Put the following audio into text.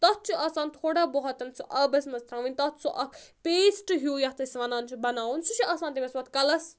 تَتھ چھُ آسان تھوڑا بوٚہَتَن سُہ آبَس منٛز تراوٕنۍ تَتھ سُہ اَکھ پیسٹہٕ ہیوٗ یَتھ أسۍ وَنان چھِ بَناوُن سُہ چھُ آسان تٔمِس پَتہٕ کَلَس